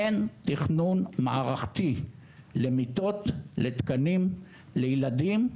אין תכנון מערכתי למיטות לתקנים לילדים.